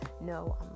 No